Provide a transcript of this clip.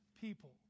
people